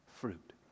fruit